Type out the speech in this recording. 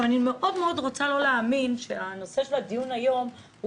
אני לא רוצה להאמין שהנושא של הדיון היום הוא